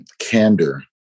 candor